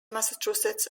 massachusetts